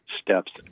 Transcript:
steps